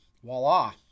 voila